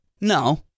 No